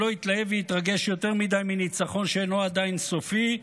שלא יתלהב ויתרגש יותר מדי מניצחון שאינו עדיין סופי,